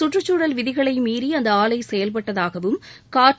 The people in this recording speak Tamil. கற்றுச்சூழல் விதிகளை மீறி அந்த ஆலை செயல்பட்டதாகவும் காற்று